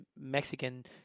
Mexican